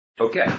Okay